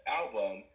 album